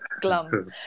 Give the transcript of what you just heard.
glum